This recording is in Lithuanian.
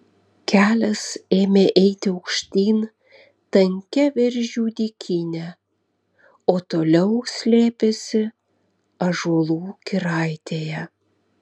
kelias ėmė eiti aukštyn tankia viržių dykyne o toliau slėpėsi ąžuolų giraitėje